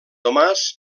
tomàs